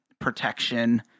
protection